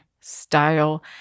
style